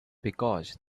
because